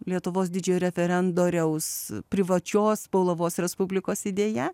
lietuvos didžiojo referendoriaus privačios paulavos respublikos idėja